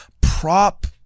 prop